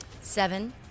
Seven